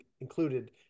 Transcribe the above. included